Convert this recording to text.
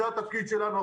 זה התפקיד שלנו,